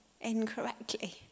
incorrectly